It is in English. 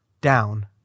down